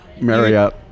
marriott